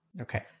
Okay